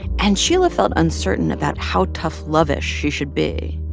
and sheila felt uncertain about how tough love-ish she should be.